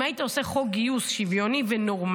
אם היית עושה חוק גיוס שוויוני ונורמלי,